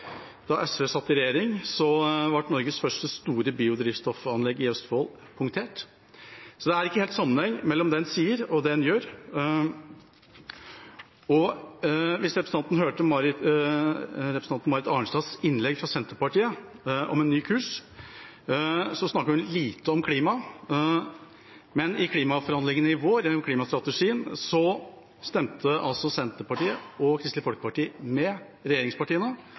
Da SV satt i regjering, ble Norges første store biodrivstoffanlegg i Østfold punktert. Så det er ikke helt sammenheng mellom det en sier, og det en gjør. Hvis representanten Lysbakken hørte representanten Marit Arnstads innlegg fra Senterpartiet om en ny kurs, snakket hun lite om klima. Men i klimaforhandlingene i vår, om klimastrategien, stemte Senterpartiet og Kristelig Folkeparti med regjeringspartiene